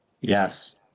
Yes